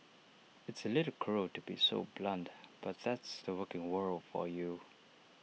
it's A little cruel to be so blunt but that's the working world for you